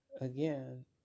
again